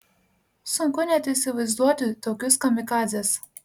sunku net įsivaizduoti tokius kamikadzes